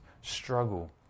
struggle